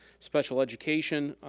special education,